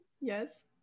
Yes